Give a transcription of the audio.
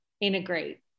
integrate